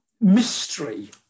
mystery